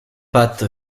pâte